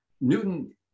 Newton